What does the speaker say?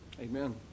amen